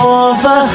over